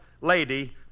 Lady